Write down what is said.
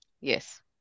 Yes